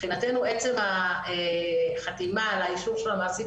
מבחינתנו עצם החתימה של האישור של המעסיק